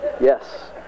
yes